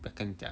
不用跟你讲